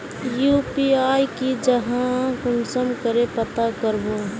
UPI की जाहा कुंसम करे पता करबो?